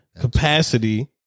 capacity